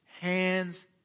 hands